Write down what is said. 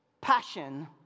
Passion